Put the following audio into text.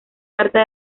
carta